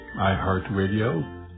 iHeartRadio